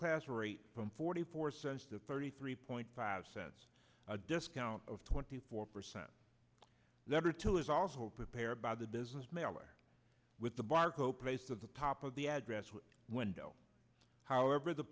class rate from forty four cents to thirty three point five cents a discount of twenty four percent number two is also prepared by the business mailer with the barco place of the top of the address with window however the